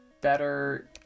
better